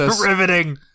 Riveting